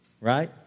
Right